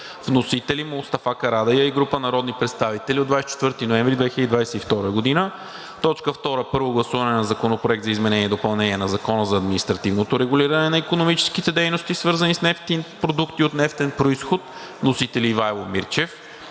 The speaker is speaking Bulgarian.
Вносители – Мустафа Карадайъ и група народни представители, от 24 ноември 2022 г. 2. Първо гласуване на Законопроекта за изменение и допълнение на Закона за административното регулиране на икономическите дейности, свързани с нефт и продукти от нефтен произход. Вносители – Ивайло Мирчев